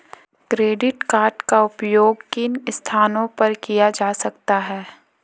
Credit card का उपयोग किन स्थानों पर किया जा सकता है?